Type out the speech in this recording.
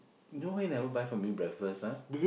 you don't mean that you all buy for me breakfast lah